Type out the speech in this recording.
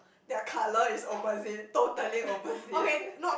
their colour is opposite totally opposite